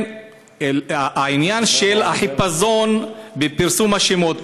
העניין של החיפזון בפרסום השמות,